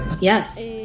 yes